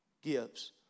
gives